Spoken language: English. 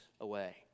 away